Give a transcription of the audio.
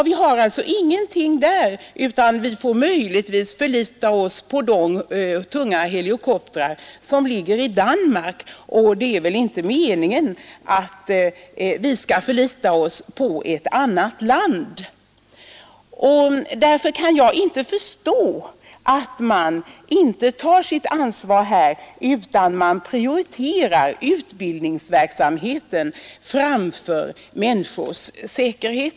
Vi får möjligtvis lita till de tunga helikoptrar som finns i Danmark. Det är väl inte meningen att vi skall förlita oss på ett annat land. Därför kan jag inte förstå att man inte tar sitt ansvar här utan prioriterar utbildningsverksamheten framför människors säkerhet.